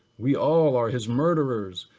we all are his murderers,